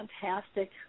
fantastic